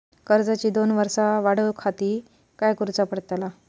कर्जाची दोन वर्सा वाढवच्याखाती काय करुचा पडताला?